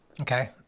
Okay